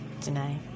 tonight